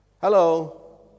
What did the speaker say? Hello